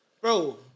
bro